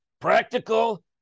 Practical